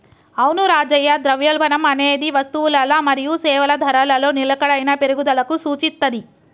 అవును రాజయ్య ద్రవ్యోల్బణం అనేది వస్తువులల మరియు సేవల ధరలలో నిలకడైన పెరుగుదలకు సూచిత్తది